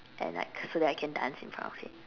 and like so that I can dance in front of it